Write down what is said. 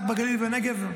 רק בגליל ובנגב?